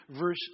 Verse